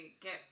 get